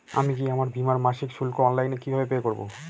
আমি কি আমার বীমার মাসিক শুল্ক অনলাইনে কিভাবে পে করব?